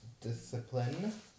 discipline